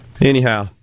Anyhow